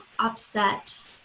upset